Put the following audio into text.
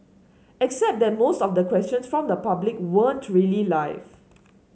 except that most of the questions from the public weren't really life